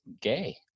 gay